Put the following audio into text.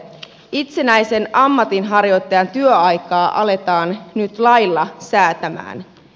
itsenäisen ammatinharjoittajan työaikaa aletaan nyt lailla säätämään